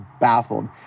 baffled